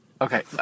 Okay